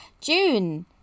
June